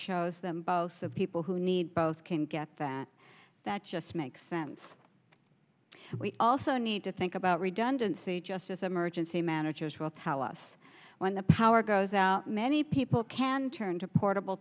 shows them both of people who need both can get that that just makes sense we also need to think about redundancy justice emergency managers will tell us when the power goes out many people can turn to portable